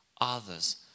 others